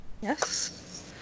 Yes